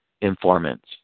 informants